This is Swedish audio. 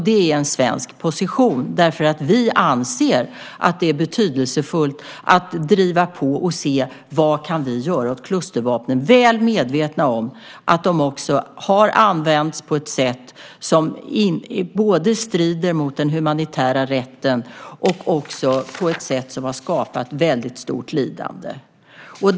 Det är en svensk position därför att vi anser att det är betydelsefullt att driva på och se vad vi kan göra åt klustervapnen, väl medvetna om att de också har använts på ett sätt som både strider mot den humanitära rätten och har skapat ett väldigt stort lidande.